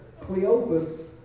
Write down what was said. Cleopas